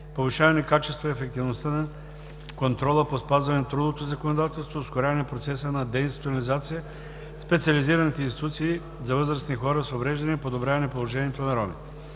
повишаване качеството и ефективността на контрола по спазване на трудовото законодателство; ускоряване процеса на деинституализация в специализираните институции за възрастни хора с увреждания; подобряване положението на ромите.